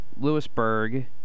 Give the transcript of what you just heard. Lewisburg